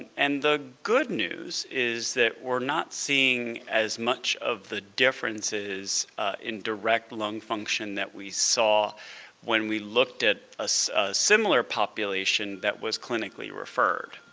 and the good news is that we're not seeing as much of the differences in direct lung function that we saw when we looked at a similar population that was clinically-referred.